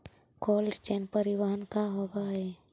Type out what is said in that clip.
Cold chain परिवहन का होव हइ?